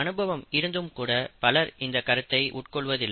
அனுபவம் இருந்தும் கூட பலர் இந்த கருத்தை உட்கொள்வதில்லை